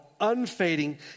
unfading